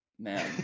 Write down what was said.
Man